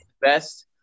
best